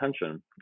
attention